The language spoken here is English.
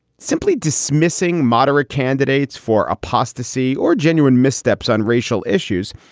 simply dismissing moderate candidates for apostasy or genuine missteps on racial issues,